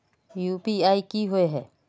UPI की होय है?